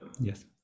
Yes